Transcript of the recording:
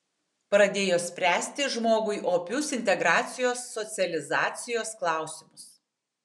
pradėjo spręsti žmogui opius integracijos socializacijos klausimus